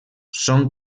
són